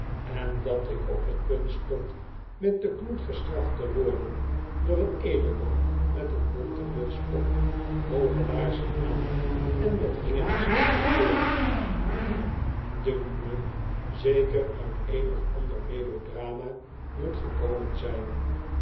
en dat ik op t punt stond mot don knoet gestraft te worden door een edelman met een bonten muts op hooge laarzen aan en met ringetjes in de ooren die dunkt me zeker uit een of ander melodrama moet gekomen zijn